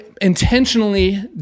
intentionally